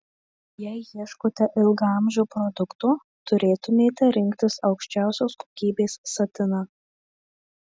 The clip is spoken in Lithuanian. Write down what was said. jei ieškote ilgaamžio produkto turėtumėte rinktis aukščiausios kokybės satiną